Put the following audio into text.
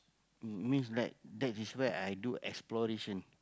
means like that is where i do exploration